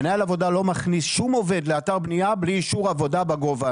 מנהל עבודה לא מכניס שום עובד לאתר בניה בלי אישור עבודה בגובה,